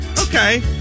Okay